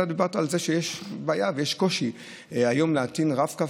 אתה דיברת על זה שיש בעיה ויש קושי להטעין היום רב-קו,